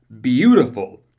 beautiful